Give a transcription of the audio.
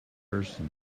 person